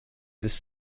this